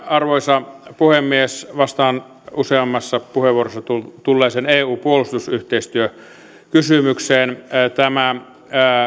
arvoisa puhemies vastaan useammassa puheenvuorossa tulleeseen eun puolustusyhteistyökysymykseen tämä